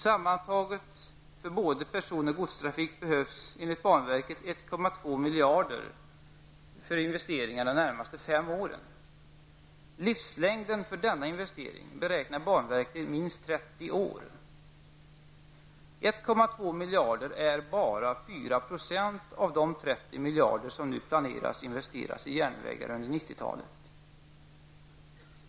Sammantaget för både person och godstrafik behövs enligt banverket 1,2 miljarder för investeringar de närmaste fem åren. Livslängden för denna investering beräknar banverket till minst 1,2 miljarder är bara 4 % av de 30 miljarder som nu planeras investeras i järnvägarna under 1990-talet.